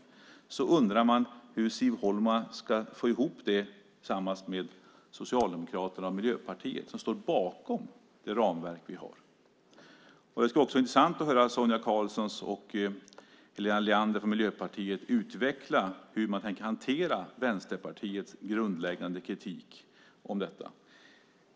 Man undrar hur Siv Holma ska få ihop det tillsammans med Socialdemokraterna och Miljöpartiet, som står bakom det ramverk vi har. Det skulle också vara intressant att höra Sonia Karlsson, och Helena Leander från Miljöpartiet, utveckla hur de tänker hantera Vänsterpartiets grundläggande kritik mot detta.